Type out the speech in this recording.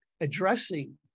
addressing